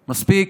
מספיק,